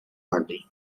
ordem